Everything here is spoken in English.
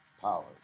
power